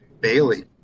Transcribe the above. Bailey